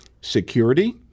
security